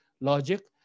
logic